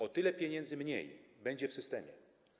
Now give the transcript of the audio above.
O tyle pieniędzy mniej będzie w systemie.